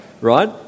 right